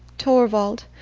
torvald,